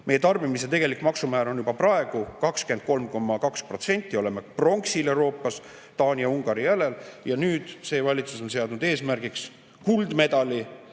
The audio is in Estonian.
Meie tarbimise tegelik maksumäär on juba praegu 23,2% – oleme pronks Euroopas Taani ja Ungari järel. See valitsus on seadnud eesmärgiks kuldmedali.